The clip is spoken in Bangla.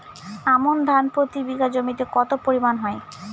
আমন ধান প্রতি বিঘা জমিতে কতো পরিমাণ হয়?